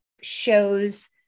shows